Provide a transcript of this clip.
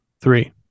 Three